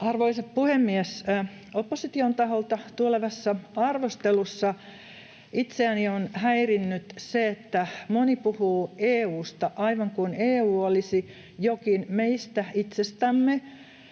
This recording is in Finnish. Arvoisa puhemies! Opposition taholta tulevassa arvostelussa itseäni on häirinnyt se, että moni puhuu EU:sta aivan kuin EU olisi jokin meistä itsestämme,